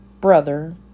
brother